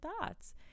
thoughts